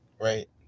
Right